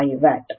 5 watt